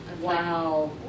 Wow